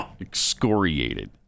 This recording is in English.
excoriated